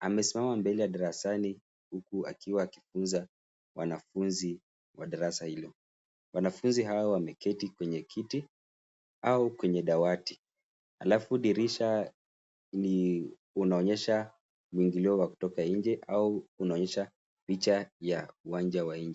amesimama mbele ya darasani huku akifunza wanafunzi wa darasa hilo. Wanafunzi hawa wameketi kwenye kiti au kwenye dawati. Alafu dirisha unaonyesha muingilio wa kutoka nje au inaonyesha picha ya uwanja wa nje.